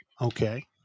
Okay